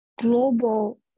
global